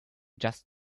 just